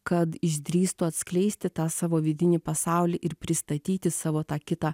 kad išdrįstų atskleisti tą savo vidinį pasaulį ir pristatyti savo tą kitą